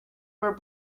were